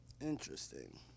Interesting